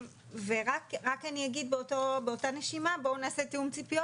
רק אני אגיד באותה נשימה, בואו נעשה תיאום ציפיות.